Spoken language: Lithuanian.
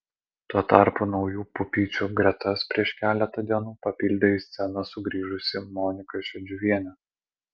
tuo tarpu naujų pupyčių gretas prieš keletą dienų papildė į sceną sugrįžusi monika šedžiuvienė